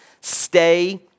Stay